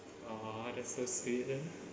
oh this thursday then